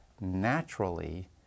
naturally